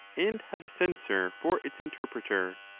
and have a censor for its interpreter.